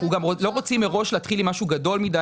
אנחנו לא רוצים מראש להתחיל עם משהו גדול מידי,